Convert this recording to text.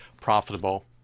profitable